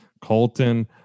Colton